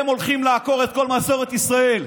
הם הולכים לעקור את כל מסורת ישראל.